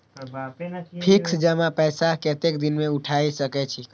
Fix जमा पैसा कतेक दिन में उठाई सके छी?